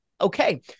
Okay